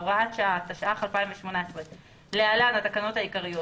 (הוראת שעה) התשע"ח-2018 (להלן התקנות העיקריות),